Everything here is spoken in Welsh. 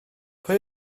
pwy